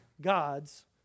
God's